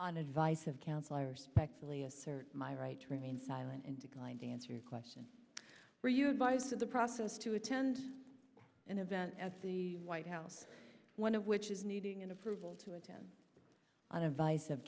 on advice of counsel i respectfully assert my right to remain silent and declined to answer your question for you advice of the process to attend an event at the white house one of which is needing an approval to attend on advice of